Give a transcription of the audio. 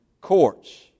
courts